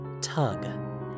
tug